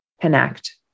connect